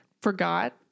forgot